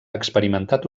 experimentat